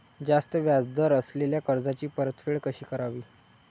जास्त व्याज दर असलेल्या कर्जाची परतफेड कशी करावी?